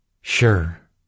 Sure